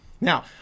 Now